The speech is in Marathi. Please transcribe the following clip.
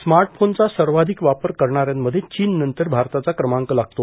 स्मार्टफ्रेनचा सर्वांपिक वापर करणाऱ्यांमध्ये चीननंतर भारताचा क्रमांक लागतो